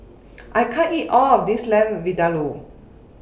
I can't eat All of This Lamb Vindaloo